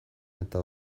eta